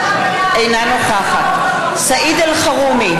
אינה נוכחת סעיד אלחרומי,